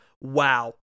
wow